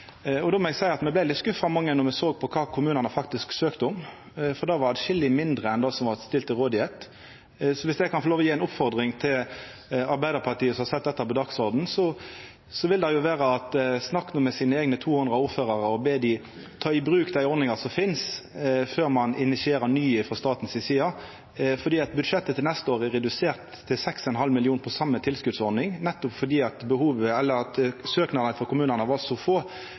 Då må eg seia at me vart litt skuffa, mange, når me såg kva kommunane faktisk søkte om, for det var ein god del mindre enn det som var stilt til rådvelde. Så viss eg kan få lov, vil eg gje ei oppfordring til Arbeidarpartiet om å setja dette på dagsordenen, snakka med sine eigne 200 ordførarar og be dei ta i bruk dei ordningane som finst, før dei initierer nye frå staten si side. Budsjettet for neste år er redusert til 6,5 mill. kr til den same tilskotsordninga nettopp fordi søknadene frå kommunane var så få.